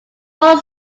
four